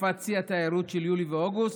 בתקופת שיא התיירות של יולי ואוגוסט,